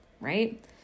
right